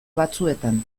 batzuetan